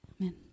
Amen